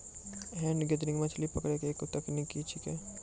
hand gathering मछली पकड़ै के एक तकनीक छेकै